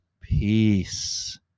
peace